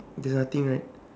there's nothing right